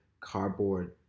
cardboard